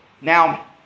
Now